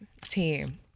team